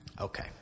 okay